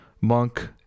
Monk